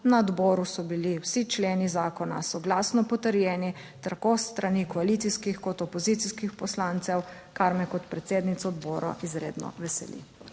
Na odboru so bili vsi členi zakona soglasno potrjeni tako s strani koalicijskih kot opozicijskih poslancev, kar me kot predsednica odbora izredno veseli.